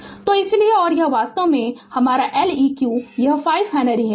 Refer Slide Time 3018 तो इसीलिए और यह वास्तव में आपका L eq यह 5 हेनरी है